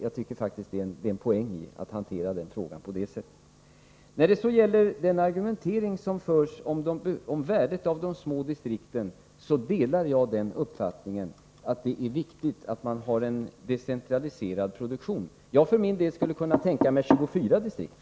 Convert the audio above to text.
Jag tycker faktiskt att det är en fördel att hantera den frågan på det sättet. Beträffande den argumentering som förts fram om värdet av de små distrikten vill jag säga att jag delar uppfattningen att det är viktigt att ha en decentraliserad produktion; jag för min del skulle kunna tänka mig 24 distrikt.